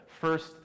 first